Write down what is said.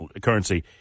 currency